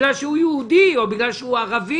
בגלל שהוא יהודי או בגלל שהוא ערבי,